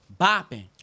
Bopping